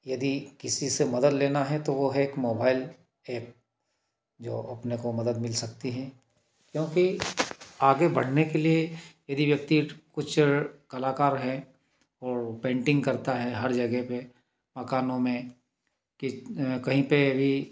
यदि किसी से मदद लेना है तो वो है एक मोबाइल है जो अपने को मदद मिल सकती है क्योंकि आगे बढ़ने के लिए यदि व्यक्ति कुछ कलाकार हैं और पेंटिंग करता है हर जगह पे मकानों में फिर कहीं पे भी